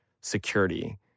security